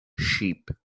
sheep